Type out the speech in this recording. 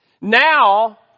Now